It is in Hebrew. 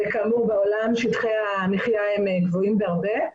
כאמור, בעולם שטחי המחיה הם גבוהים בהרבה.